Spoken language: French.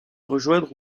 rejoindre